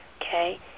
okay